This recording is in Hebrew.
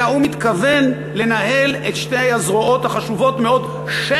אלא הוא מתכוון לנהל את שתי הזרועות החשובות מאוד של